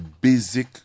basic